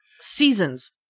seasons